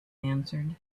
answered